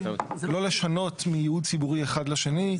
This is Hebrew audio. לא לשנות מייעוד ציבורי אחד לשני,